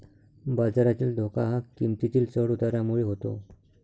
बाजारातील धोका हा किंमतीतील चढ उतारामुळे होतो